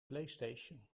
playstation